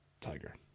Tiger